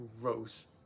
Gross